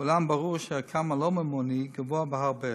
אולם ברור שערכם הלא-ממוני גבוה בהרבה.